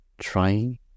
trying